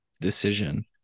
decision